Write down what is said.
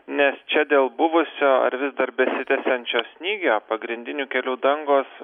nes čia dėl buvusio ar vis dar besitęsiančio snygio pagrindinių kelių dangos